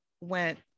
went